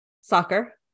soccer